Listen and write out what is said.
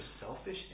selfish